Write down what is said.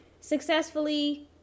successfully